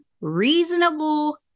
Reasonable